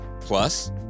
Plus